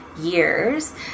years